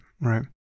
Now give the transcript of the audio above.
right